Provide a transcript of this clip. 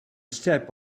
step